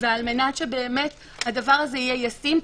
ועל-מנת שהדבר הזה יהיה ישים,